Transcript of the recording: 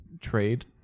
Trade